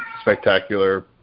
spectacular